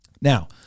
Now